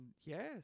Yes